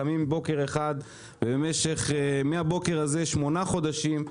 קמים בוקר אחד ומאותו יום במשך שמונה חודשים הם